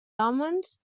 hòmens